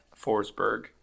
Forsberg